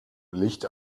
licht